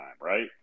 right